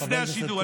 לפני השידור.